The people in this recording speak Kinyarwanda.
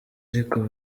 ariko